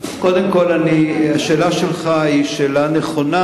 קודם כול, השאלה שלך היא שאלה נכונה,